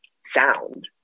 sound